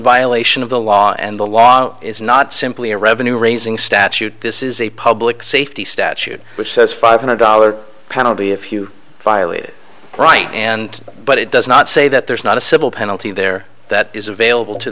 violation of the law and the law is not simply a revenue raising statute this is a public safety statute which says five hundred dollars penalty if you violate it right and but it does not say that there's not a civil penalty there that is available to